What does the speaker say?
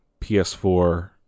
PS4